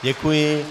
Děkuji.